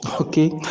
okay